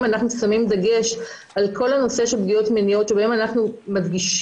אנחנו שמים דגש על כל הנושא של פגיעות מיניות שבהם אנחנו מדגישים,